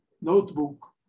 notebook